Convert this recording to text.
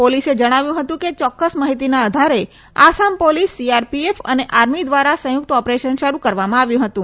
પોલીસે જણાવ્યું હતું કે ચોક્કસ માહિતીના આધારે આસામ પોલીસ સીઆરપીએફ અને આર્મી દ્વારા સંથુક્ત ઓપરેશન શરૂ કરવામાં આવ્યું હતું